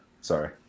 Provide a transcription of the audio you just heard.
Sorry